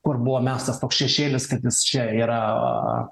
kur buvo mestas toks šešėlis kad jis čia yra